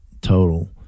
total